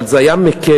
אבל זה היה מקל.